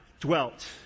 dwelt